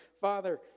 Father